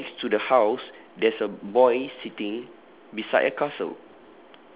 next to the house there's a boy sitting beside a castle